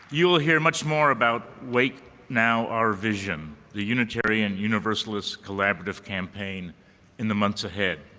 you'll hear much more about wake now our vision, the unitarian universalist collaborative campaign in the months ahead.